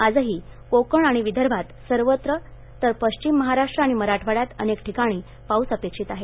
आजही कोकण आणि विदर्भात सर्वत्र तर पश्चिम महाराष्ट्र आणि मराठवाड्यात अनेक ठिकाणी पाऊस अपेक्षित आहे